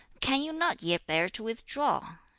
can you not yet bear to withdraw?